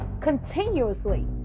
continuously